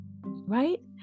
right